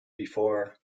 before